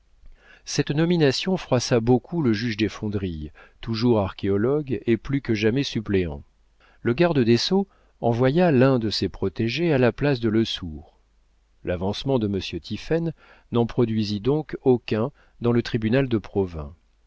cette nomination froissa beaucoup le juge desfondrilles toujours archéologue et plus que jamais suppléant le garde des sceaux envoya l'un de ses protégés à la place de lesourd l'avancement de monsieur tiphaine n'en produisit donc aucun dans le tribunal de provins